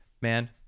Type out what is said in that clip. Man